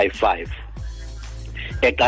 five